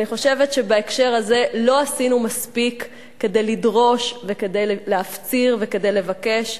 אני חושבת שבהקשר הזה לא עשינו מספיק כדי לדרוש וכדי להפציר וכדי לבקש.